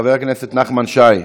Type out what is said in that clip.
חבר הכנסת נחמן שי,